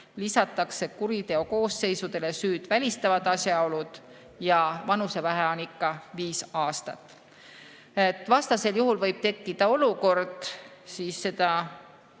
lisatakse kuriteokoosseisudele süüd välistavad asjaolud, vanusevahe on ikka viis aastat. Vastasel juhul võib tekkida olukord, kus